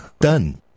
Done